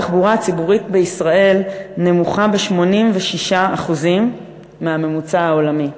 ההשקעה בתחבורה הציבורית בישראל נמוכה ב-86% מהממוצע העולמי.